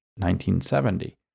1970